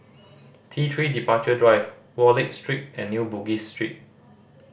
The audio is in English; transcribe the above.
T Three Departure Drive Wallich Street and New Bugis Street